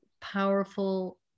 powerful